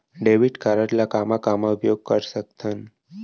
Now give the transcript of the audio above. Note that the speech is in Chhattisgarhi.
डेबिट कारड ला कामा कामा उपयोग कर सकथन?